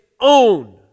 own